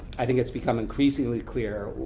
i think it's become increasingly clear,